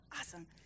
awesome